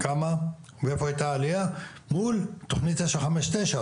כמה ואיפה הייתה העלייה מול תכנית 959,